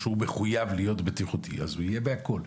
שהיא מחויבת להיות בטיחותית אז היא תהיה בכול.